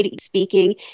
speaking